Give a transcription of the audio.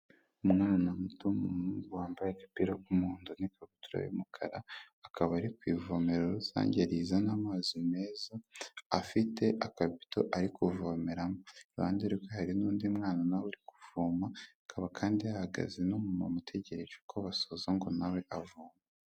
Umwana muto wambaye agapira k'umuhondo n'ikabutura y'umukara, akaba ari ku ivomero rusange rizana amazi meza, afite akabido ari kuvomeramo, iruhande rwe hari n'undi mwana, na we uri kuvoma, hakaba kandi hahagaze na umumama utegereje ko basoza ngo nawe avome.